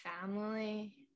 family